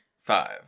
Five